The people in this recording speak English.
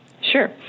Sure